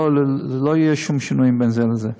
שלא יהיה שום שינוי בין זה לזה.